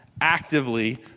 Actively